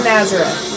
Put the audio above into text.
Nazareth